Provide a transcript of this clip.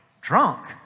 Drunk